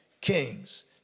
Kings